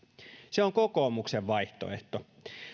se on kokoomuksen vaihtoehto